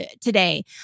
today